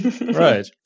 Right